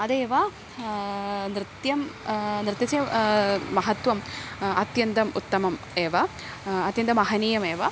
अतैव नृत्यं नृत्यस्य महत्वम् अत्यन्तम् उत्तमम् एव अत्यन्तमहनीयमेव